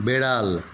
বেড়াল